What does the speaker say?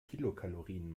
kilokalorien